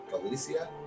galicia